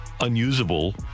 unusable